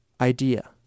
idea